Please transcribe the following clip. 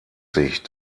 sich